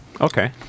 Okay